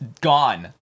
gone